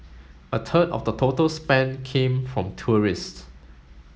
a third of the total spend came from tourists